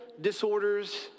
disorders